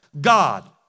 God